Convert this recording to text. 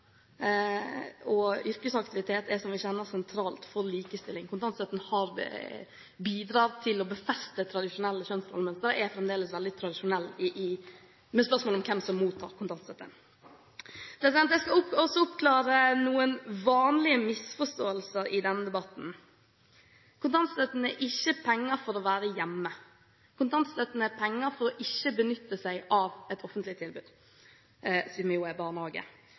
og yrkesaktivitet er, som vi kjenner til, sentralt for likestilling. Kontantstøtten har bidratt til å befeste tradisjonelle kjønnsrollemønstre og er fremdeles veldig tradisjonell når det gjelder hvem som mottar slik støtte. Jeg skal også oppklare noen vanlige misforståelser i denne debatten. Kontantstøtten er ikke penger for å være hjemme. Kontantstøtten er penger for ikke å benytte seg av et offentlig tilbud, som jo er barnehage,